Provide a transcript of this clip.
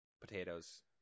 potatoes